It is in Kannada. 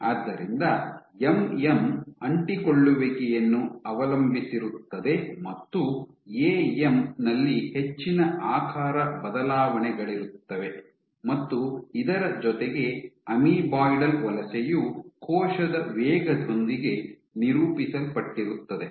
ಆದ್ದರಿಂದ ಎಂಎಂ ಅಂಟಿಕೊಳ್ಳುವಿಕೆಯನ್ನು ಅವಲಂಬಿಸಿರುತ್ತದೆ ಮತ್ತು ಎಎಮ್ ನಲ್ಲಿ ಹೆಚ್ಚಿನ ಆಕಾರ ಬದಲಾವಣೆಗಳಿರುತ್ತವೆ ಮತ್ತು ಇದರ ಜೊತೆಗೆ ಅಮೀಬಾಯ್ಡಲ್ ವಲಸೆಯು ಕೋಶದ ವೇಗದೊಂದಿಗೆ ನಿರೂಪಿಸಲ್ಪಟ್ಟಿರುತ್ತದೆ